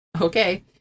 okay